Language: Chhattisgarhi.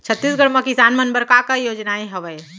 छत्तीसगढ़ म किसान मन बर का का योजनाएं हवय?